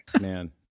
Man